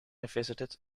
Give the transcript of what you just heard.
visited